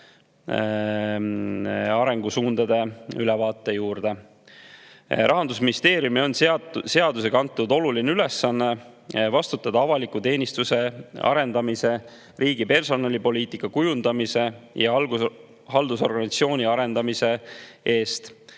arengusuundade ülevaate juurde. Rahandusministeeriumile on seadusega antud oluline ülesanne vastutada avaliku teenistuse arendamise, riigi personalipoliitika kujundamise ja haldusorganisatsiooni arendamise eest.